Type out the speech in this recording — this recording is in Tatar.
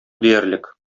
диярлек